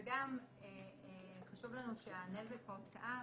וגם חשוב לנו שהנזק או ההוצאה,